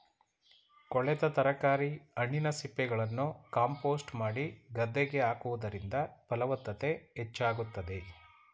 ಕೊಳೆತ ತರಕಾರಿ, ಹಣ್ಣಿನ ಸಿಪ್ಪೆಗಳನ್ನು ಕಾಂಪೋಸ್ಟ್ ಮಾಡಿ ಗದ್ದೆಗೆ ಹಾಕುವುದರಿಂದ ಫಲವತ್ತತೆ ಹೆಚ್ಚಾಗುತ್ತದೆ